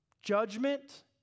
judgment